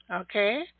Okay